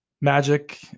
magic